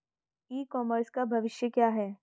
ई commerce का भविष्य क्या है?